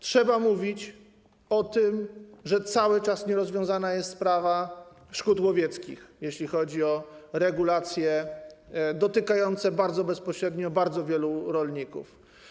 Trzeba mówić o tym, że cały czas nierozwiązana jest sprawa szkód łowieckich, jeśli chodzi o regulacje dotykające bezpośrednio bardzo wielu rolników.